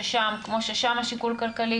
שכמו ששם השיקול כלכלי,